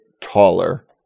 taller